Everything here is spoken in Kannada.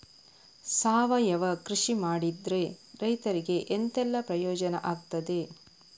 ಸಾವಯವ ಕೃಷಿ ಮಾಡಿದ್ರೆ ರೈತರಿಗೆ ಎಂತೆಲ್ಲ ಪ್ರಯೋಜನ ಆಗ್ತದೆ?